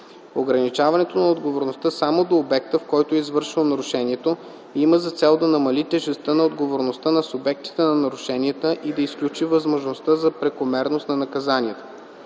Ограничаването на отговорността само до обекта, в който е извършено нарушението, има за цел да намали тежестта на отговорността на субектите на нарушенията и да изключи възможността за прекомерност на наказанията.